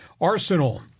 Arsenal